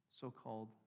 so-called